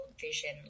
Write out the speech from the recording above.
vision